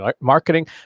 marketing